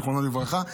זיכרונו לברכה,